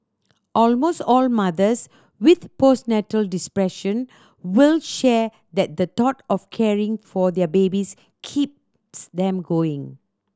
almost all mothers with postnatal will share that the thought of caring for their babies keeps them going